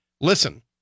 listen